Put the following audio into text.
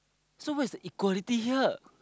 so where's the equality here